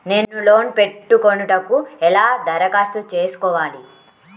నేను లోన్ పెట్టుకొనుటకు ఎలా దరఖాస్తు చేసుకోవాలి?